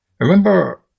Remember